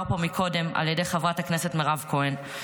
פה קודם על ידי חברת הכנסת מירב כהן.